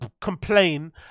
complain